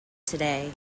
today